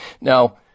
Now